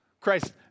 Christ